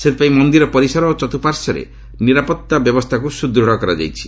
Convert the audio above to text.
ସେଥିପାଇଁ ମନ୍ଦିର ପରିସର ଓ ଚତୁଃପାର୍ଶ୍ୱରେ ନିରାପତ୍ତା ବ୍ୟବସ୍ଥାକୁ ସୁଦୃଢ଼ କରାଯାଇଛି